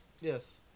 Yes